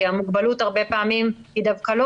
כי המוגבלות הרבה פעמים היא דווקא לא